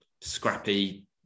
scrappy